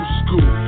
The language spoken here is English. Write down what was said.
school